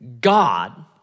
God